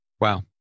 Wow